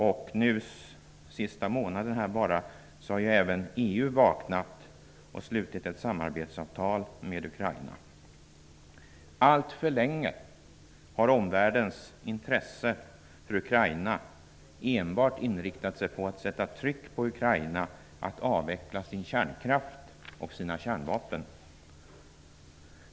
Den senaste månaden har även EU vaknat och slutit ett samarbetsavtal med Ukraina. Allför länge har omvärldens intresse för Ukraina enbart inriktat sig på att sätt tryck på Ukraina att avveckla sin kärnkraft och sina kärnvapen.